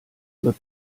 wird